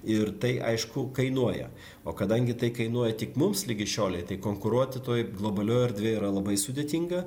ir tai aišku kainuoja o kadangi tai kainuoja tik mums ligi šiolei tai konkuruoti toj globalioj erdvėj yra labai sudėtinga